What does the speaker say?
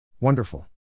Wonderful